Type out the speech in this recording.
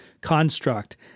construct